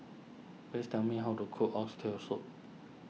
please tell me how to cook Oxtail Soup